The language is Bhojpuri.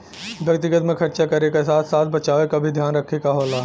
व्यक्तिगत में खरचा करे क साथ साथ बचावे क भी ध्यान रखे क होला